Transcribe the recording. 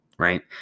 right